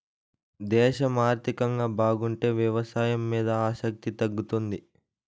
దేశం ఆర్థికంగా బాగుంటే వ్యవసాయం మీద ఆసక్తి తగ్గుతుంది